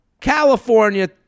California